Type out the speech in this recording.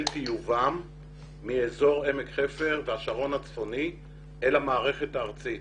טיובם מאזור עמק חפר והשרון הצפוני אל המערכת הארצית.